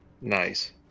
Nice